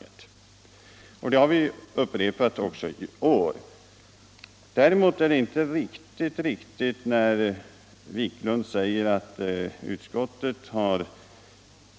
Detta har vi upprepat också i år. Däremot är det inte riktigt som herr Wiklund säger att utskottet